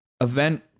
Event